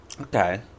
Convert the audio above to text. Okay